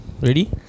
Ready